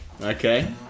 Okay